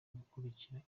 gukurikirana